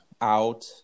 out